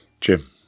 Jim